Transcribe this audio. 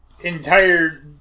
entire